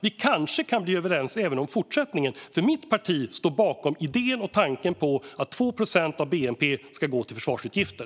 Vi kanske kan bli överens även om fortsättningen, för mitt parti står bakom idén om och tanken på att 2 procent av bnp ska gå till försvarsutgifter.